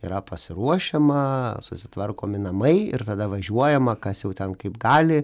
yra pasiruošiama susitvarkomi namai ir tada važiuojama kas jau ten kaip gali